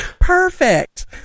Perfect